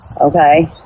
okay